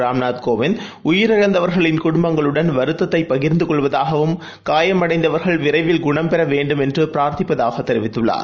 ராம்நாத் கோவிந்த் உயிரிழந்தவர்களின் குடும்பங்களுடன் வருத்ததைபகிர்ந்துகொள்வதாகவும் காயமடைந்தவர்கள் விரைவில் குணம் பெறவேண்டும் என்றும் பிரார்த்திப்பதாகதெரிவித்துள்ளார்